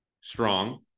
strong